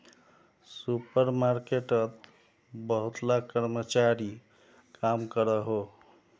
super मार्केटोत बहुत ला कर्मचारी काम करोहो